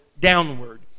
downward